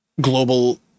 global